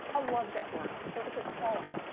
ah love that work. it was a calling.